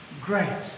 great